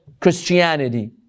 Christianity